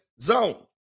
zone